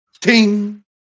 ting